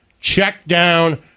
check-down